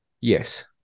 Yes